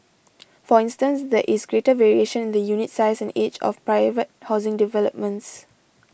for instance there is greater variation in the unit size and age of private housing developments